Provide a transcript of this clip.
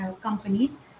companies